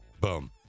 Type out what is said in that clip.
Boom